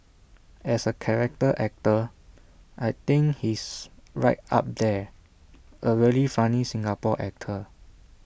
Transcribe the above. as A character actor I think he's right up there A really funny Singapore actor